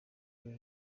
dore